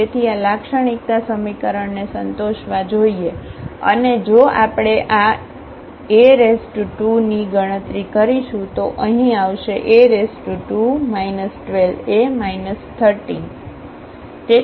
તેથી આ લાક્ષણિકતા સમીકરણને સંતોષવા જોઈએ અને જો આપણે આ A2ની ગણતરી કરીશું તો અહીં આવશે A2 12A 13